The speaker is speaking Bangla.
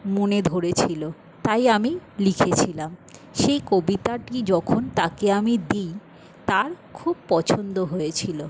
মনে ধরেছিল তাই আমি লিখেছিলাম সেই কবিতাটি যখন তাকে আমি দিই তার খুব পছন্দ হয়েছিল